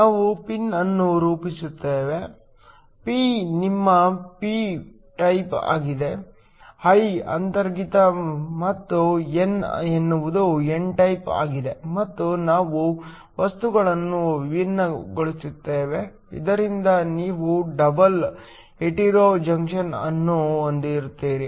ನಾವು ಪಿನ್ ಅನ್ನು ರೂಪಿಸುತ್ತೇವೆ p ನಿಮ್ಮ ಪಿ ಟೈಪ್ ಆಗಿದೆ i ಅಂತರ್ಗತ ಮತ್ತು n ಎನ್ನುವುದು ಎನ್ ಟೈಪ್ ಆಗಿದೆ ಮತ್ತು ನಾವು ವಸ್ತುಗಳನ್ನು ವಿಭಿನ್ನವಾಗಿಸುತ್ತೇವೆ ಇದರಿಂದ ನೀವು ಡಬಲ್ ಹೆಟೆರೊ ಜಂಕ್ಷನ್ ಅನ್ನು ಹೊಂದಿರುತ್ತೀರಿ